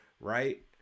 right